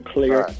Clear